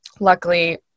Luckily